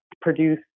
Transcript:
produce